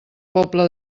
pobla